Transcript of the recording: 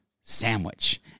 sandwich